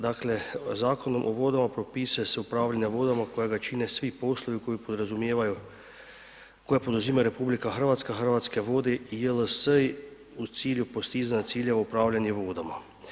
Dakle, Zakonom o vodama propisuje se upravljanje vodama kojega čine svi poslovi koji podrazumijevaju, koje poduzima RH, Hrvatske vode, JLS-i u cilju postizanja ciljeva upravljanje vodama.